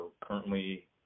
currently